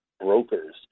brokers